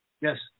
Yes